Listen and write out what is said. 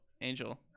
Angel